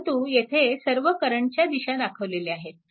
परंतु येथे सर्व करंटच्या दिशा दाखवलेल्या आहेत